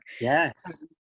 Yes